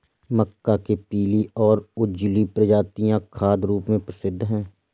मक्का के पीली और उजली प्रजातियां खाद्य रूप में प्रसिद्ध हैं